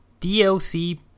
DLC